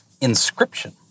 Inscription